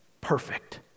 perfect